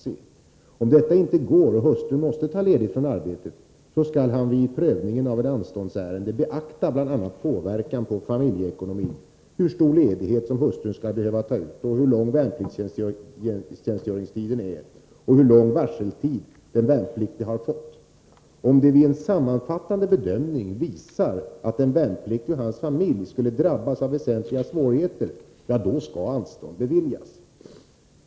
Om detta inte går och hustrun måste ta ledigt från arbetet, skall man vid prövningen av ett anståndsärende beakta bl.a. påverkan på familjeekonomin, hur stor ledighet som hustrun behöver ta ut, hur lång värnpliktstjänstgöringen är och hur lång varseltid som den värnpliktige har fått. Om det vid en sammanfattande bedömning visar sig att den värnpliktige och hans familj skulle drabbas av väsentliga svårigheter, skall anstånd beviljas.